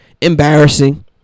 Embarrassing